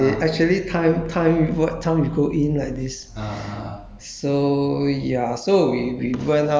所以 !wah! I'm very surprised 那个地方 yeah that they actually timed timed what time you go in like this